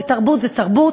ותרבות זה תרבות,